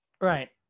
Right